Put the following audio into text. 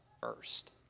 first